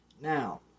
Now